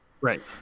Right